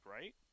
right